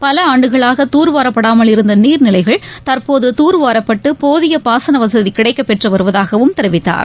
பலஆண்டுகளாக தூர்வாரப்படாமல் இருந்தநீர்நிலைகள் தற்போது தூர்வாரப்பட்டு போதியபாசனவசதிகிடைக்கப்பெற்றுவருவதாகவும் தெரிவித்தார்